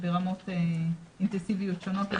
ברמות אינטנסיביות שונות למשרה מלאה.